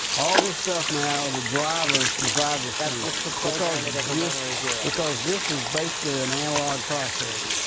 all this stuff now, the drivers to drive this thing. that's just to program it as a one or a zero. because this is basically an analog process.